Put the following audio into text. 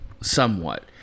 Somewhat